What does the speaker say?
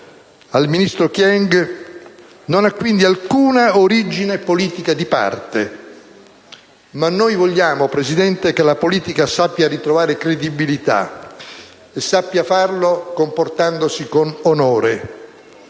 al ministro Kyenge non ha quindi alcuna origine politica di parte, ma noi vogliamo, signor Presidente, che la politica sappia ritrovare credibilità, e sappia farlo comportandosi con onore.